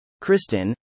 Kristen